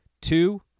Two